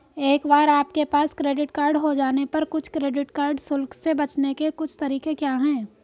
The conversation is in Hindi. एक बार आपके पास क्रेडिट कार्ड हो जाने पर कुछ क्रेडिट कार्ड शुल्क से बचने के कुछ तरीके क्या हैं?